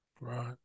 Right